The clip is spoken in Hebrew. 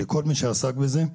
לכל מי שעסק בזה.